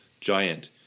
giant